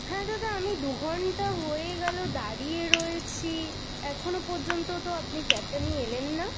হ্যাঁ দাদা আমি দু ঘন্টা হয়ে গেলো দাঁড়িয়ে রয়েছি এখনো পর্যন্ত তো আপনি ক্যাবটা নিয়ে এলেন না